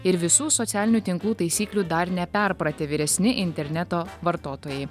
ir visų socialinių tinklų taisyklių dar neperpratę vyresni interneto vartotojai